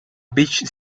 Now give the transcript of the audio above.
beach